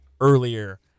earlier